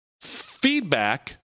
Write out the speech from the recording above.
feedback